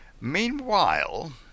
Meanwhile